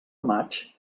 maig